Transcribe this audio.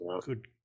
good